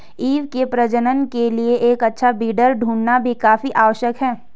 ewe के प्रजनन के लिए एक अच्छा ब्रीडर ढूंढ़ना भी काफी आवश्यक है